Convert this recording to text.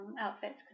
Outfits